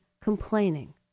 complaining